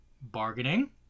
Bargaining